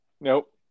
Nope